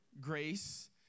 grace